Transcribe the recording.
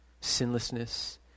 sinlessness